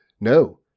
No